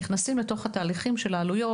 נכנסים לתוך התהליכים של העלויות,